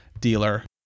dealer